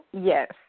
Yes